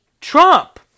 Trump